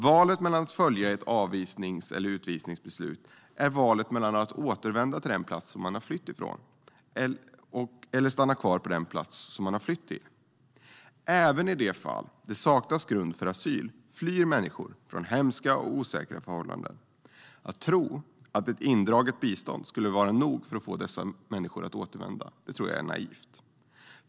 Valet mellan att följa ett avvisnings eller utvisningsbeslut är valet mellan att återvända till den plats som man har flytt ifrån eller att stanna kvar på den plats som man har flytt till. Även i de fall det saknas grund för asyl flyr människor från hemska och osäkra förhållanden. Att tro att ett indraget bistånd skulle vara nog för att få dessa människor att återvända tror jag är naivt.